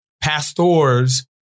pastors